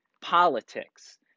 politics